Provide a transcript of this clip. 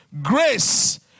grace